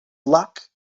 luck